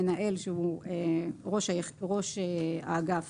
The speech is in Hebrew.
המנהל, שהוא ראש האגף